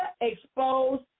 exposed